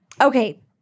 Okay